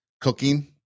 cooking